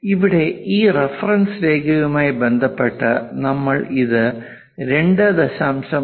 ഇവിടെ ഈ റഫറൻസ് രേഖയുമായി ബന്ധപ്പെട്ട് നമ്മൾ ഇത് 2